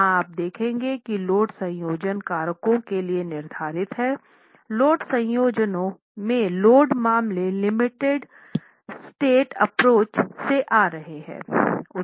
जहां आप देखेंगे कि लोड संयोजन कारकों के लिए निर्धारित है लोड संयोजनों में लोड मामले लिमिट स्टेट एप्रोच से आ रहे हैं